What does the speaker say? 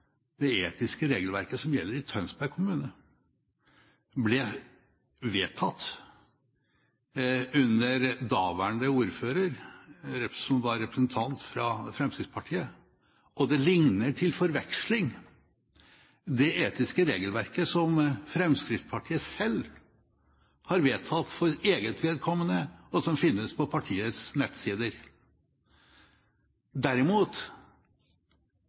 det etiske regelverket som gjelder i Tønsberg kommune, ble vedtatt under daværende ordfører, som var representant fra Fremskrittspartiet, og at det til forveksling ligner det etiske regelverket som Fremskrittspartiet selv har vedtatt for eget vedkommende, og som finnes på partiets nettsider. Derimot